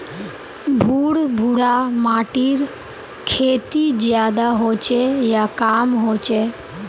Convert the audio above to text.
भुर भुरा माटिर खेती ज्यादा होचे या कम होचए?